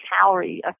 calorie